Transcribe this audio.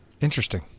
Interesting